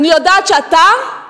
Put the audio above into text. אני יודעת שאתה,